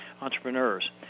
entrepreneurs